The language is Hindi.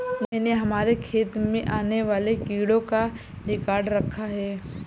मैंने हमारे खेत में आने वाले कीटों का रिकॉर्ड रखा है